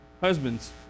Husbands